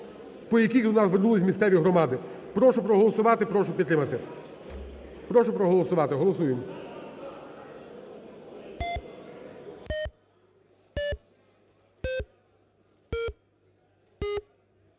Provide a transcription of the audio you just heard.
по яким до нас звернулися місцеві громади. Прошу проголосувати, прошу підтримати. Прошу проголосувати, голосуємо.